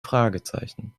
fragezeichen